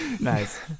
nice